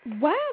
Wow